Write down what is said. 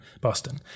Boston